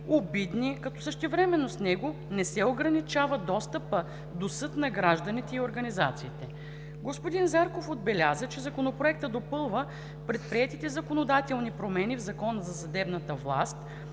обидни, като същевременно с него не се ограничава достъпът до съд на гражданите и организациите. Господин Зарков отбеляза, че Законопроектът допълва предприетите законодателни промени в Закона за съдебната власт,